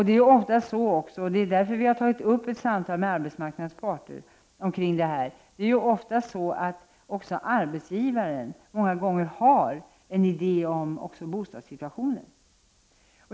Det är ju ofta så att arbetsgivaren också har en idé om bostadssituationen, och det är därför som vi har fört samtal med arbetsmarknadens parter kring detta.